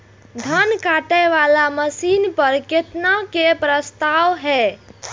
धान काटे वाला मशीन पर केतना के प्रस्ताव हय?